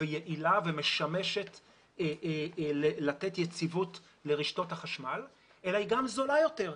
ויעילה ומשמשת לתת יציבות לרשתות החשמל אלא היא גם זולה יותר.